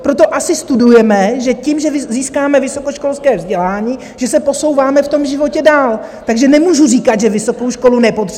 Proto asi studujeme, že tím, že získáme vysokoškolské vzdělání, se posouváme v životě dál, takže nemůžu říkat, že vysokou školu nepotřebuji.